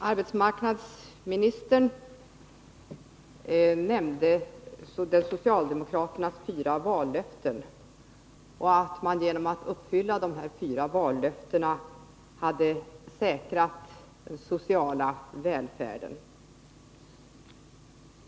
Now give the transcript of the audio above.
Herr talman! Arbetsmarknadsministern nämnde att man genom att uppfylla socialdemokraternas fyra vallöften hade säkrat den sociala välfärden.